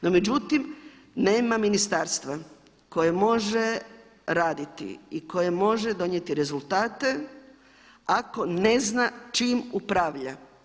No međutim, nema ministarstva koje može raditi i koje može donijeti rezultate ako ne zna čim upravlja.